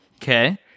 Okay